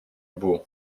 bourg